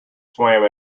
swam